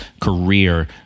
career